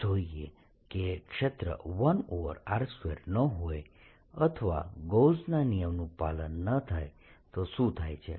ચાલો જોઈએ કે ક્ષેત્ર 1r2 ન હોય અથવા ગૌસના નિયમનું પાલન ન થાય તો શું થાય છે